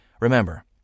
Remember